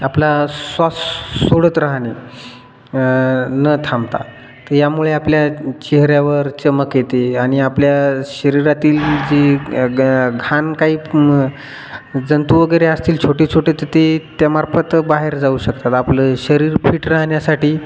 आपला श्वास सोडत राहणे न थांबता तर यामुळे आपल्या चेहऱ्यावर चमक येते आणि आपल्या शरीरातील जी ग घाण काही जंतू वगैरे असतील छोटे छोटे तर ते त्यामार्फत बाहेर जाऊ शकतात आपलं शरीर फिट राहण्यासाठी